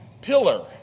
Pillar